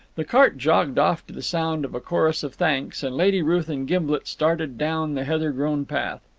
the cart jogged off to the sound of a chorus of thanks, and lady ruth and gimblet started down the heather-grown path.